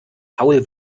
paul